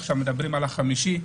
עכשיו מדברים על החמישי.